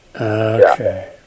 Okay